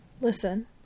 Listen